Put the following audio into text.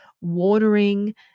watering